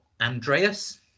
Andreas